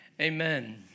amen